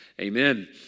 Amen